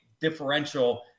differential